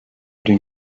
den